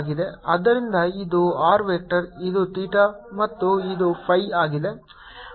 ಆದ್ದರಿಂದ ಇದು r vector ಇದು ಥೀಟಾ ಮತ್ತು ಇದು phi ಆಗಿದೆ